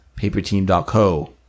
paperteam.co